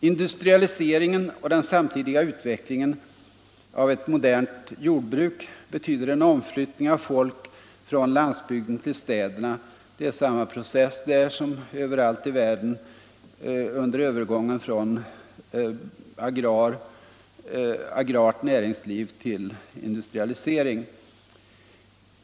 Industrialiseringen och den samtidiga utvecklingen av ett modernt jordbruk betyder en omflyttning av folk från landsbygden till städerna. Det är samma process där som överallt i världen under övergången från agrart näringsliv till industrialisering.